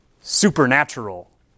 supernatural